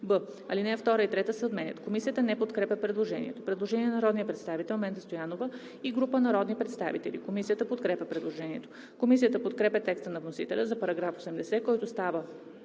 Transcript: б) ал. 2 и 3 се отменят.“ Комисията не подкрепя предложението. Предложение на народния представител Менда Стоянова и група народни представители. Комисията подкрепя предложението. Комисията подкрепя текста на вносителя за § 80, който става